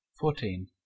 Fourteen